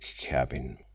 cabin